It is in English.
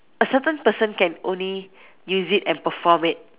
a certain person can only use it and perform it